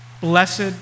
Blessed